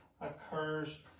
occurs